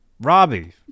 Robbie